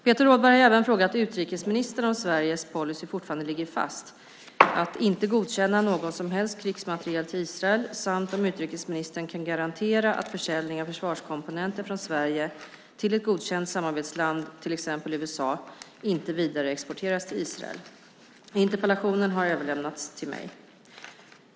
Peter Rådberg har även frågat utrikesministern om Sveriges policy fortfarande ligger fast att inte godkänna någon som helst krigsmateriel till Israel samt om utrikesministern kan garantera att försvarskomponenter som säljs av Sverige till ett godkänt samarbetsland, till exempel USA, inte vidareexporteras till Israel. Interpellationen har överlämnats till mig.